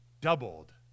Doubled